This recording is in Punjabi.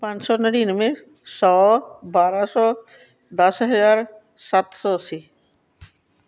ਪੰਜ ਸੌ ਨੜੇਨਵੇਂ ਸੌ ਬਾਰ੍ਹਾਂ ਸੌ ਦਸ ਹਜ਼ਾਰ ਸੱਤ ਸੌ ਅੱਸੀ